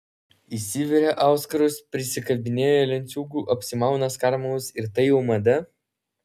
įsiveria auskarus prisikabinėja lenciūgų apsimauna skarmalus ir tai jau mada